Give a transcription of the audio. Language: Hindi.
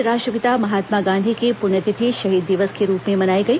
प्रदेश में राष्ट्रपिता महात्मा गांधी की पृण्यतिथि शहीद दिवस के रूप मनाई गई